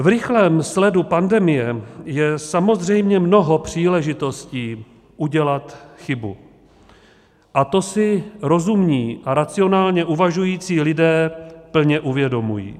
V rychlém sledu pandemie je samozřejmě mnoho příležitostí udělat chybu a to si rozumní a racionálně uvažující lidé plně uvědomují.